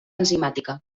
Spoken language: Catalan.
enzimàtica